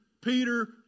Peter